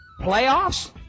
Playoffs